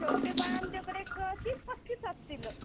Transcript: छोटे बाळं आमच्याकडे एक तीस पस्तीस असतील